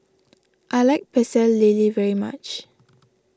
I like Pecel Lele very much